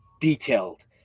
detailed